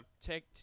take